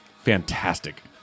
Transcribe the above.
fantastic